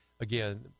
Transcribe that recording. again